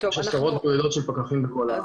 יש עשרות בודדות של פקחים בכל הארץ.